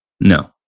No